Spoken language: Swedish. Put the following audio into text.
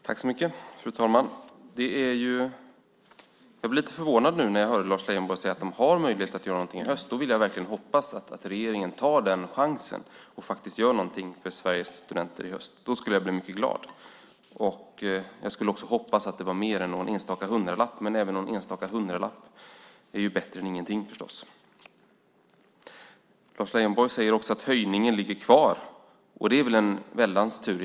Fru talman! Jag blev lite förvånad när jag hörde Lars Leijonborg säga att man har möjlighet att göra något i höst. Då hoppas jag verkligen att regeringen tar chansen och faktiskt gör något för Sveriges studenter i höst. Då skulle jag bli mycket glad. Jag hoppas också att det är mer än någon enstaka hundralapp, men även någon enstaka hundralapp är förstås bättre än ingenting. Lars Leijonborg säger också att höjningen ligger kvar. Det är väl en väldig tur.